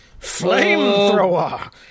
flamethrower